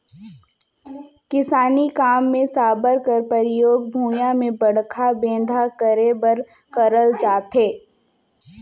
किसानी काम मे साबर कर परियोग भुईया मे बड़खा बेंधा करे बर करल जाथे